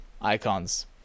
icons